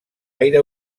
aire